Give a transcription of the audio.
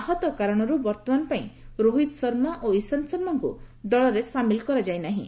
ଆହତ କାରଣରୁ ବର୍ତ୍ତମାନ ପାଇଁ ରୋହିତ ଶର୍ମା ଓ ଇଶାନ୍ତ ଶର୍ମାଙ୍କୁ ଦଳରେ ସାମିଲ କରାଯାଇ ନାହିଁ